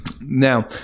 now